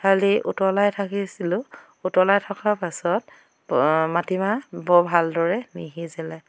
ঢালি উতলাই থাকিছিলোঁ উতলাই থকাৰ পাছত মাটিমাহ বৰ ভালদৰে নিসিজিলে